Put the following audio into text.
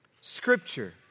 scripture